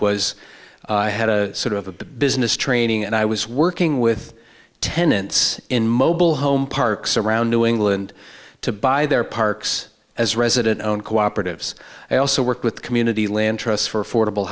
was i had a sort of a business training and i was working with tenants in mobile home parks around new england to buy their parks as resident on cooperatives i also work with community land trusts for fordable